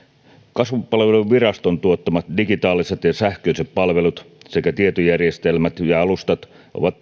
kasvupalveluviraston tuottamat digitaaliset ja sähköiset palvelut sekä tietojärjestelmät ja alustat ovat